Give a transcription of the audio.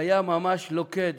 והיה ממש לוכד.